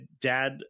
dad